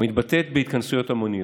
המתבטאת בהתכנסויות המוניות.